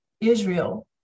Israel